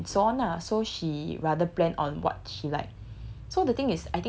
uh which is good and so on lah so she rather plan on what she liked